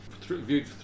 viewed